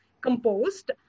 composed